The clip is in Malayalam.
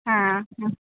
ആ ഹ്